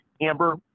Amber